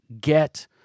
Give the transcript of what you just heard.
get